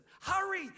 Hurry